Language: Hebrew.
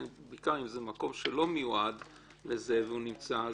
בעיקר אם זה מקום שלא מיועד לזה והוא נמצא.